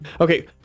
Okay